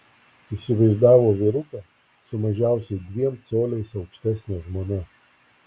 įsivaizdavo vyruką su mažiausiai dviem coliais aukštesne žmona